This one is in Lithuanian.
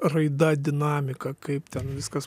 raida dinamika kaip ten viskas